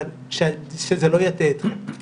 אבל שזה לא יטעה אתכם,